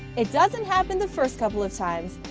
it doesn't happen the first couple of times,